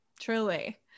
truly